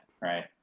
right